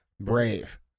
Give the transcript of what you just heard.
brave